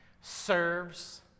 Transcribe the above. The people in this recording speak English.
serves